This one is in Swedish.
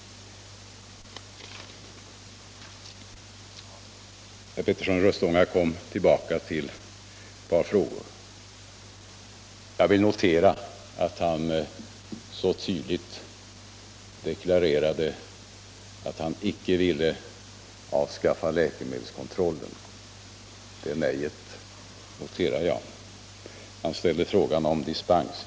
Herr Petersson i Röstånga kom tillbaka till ett par saker. Han deklarerade tydligt att han icke ville avskaffa läkemedelskontrollen, och det nejet noterar jag. Vidare ställde han frågan om dispens.